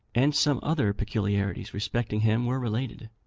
and some other peculiarities respecting him were related.